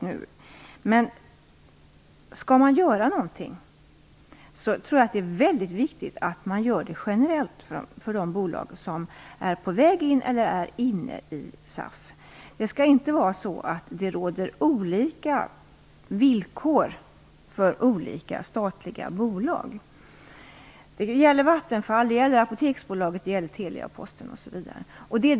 Om man skall göra någonting, tror jag att det är mycket viktigt att man gör det generellt för de bolag som är på väg in i eller som är inne i SAF. Det får inte vara olika villkor för olika statliga bolag. Det gäller t.ex. Vattenfall, Apoteksbolaget, Telia och Posten.